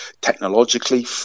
technologically